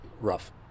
rough